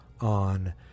on